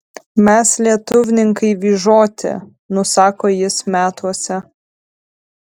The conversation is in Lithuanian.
mes lietuvninkai vyžoti nusako jis metuose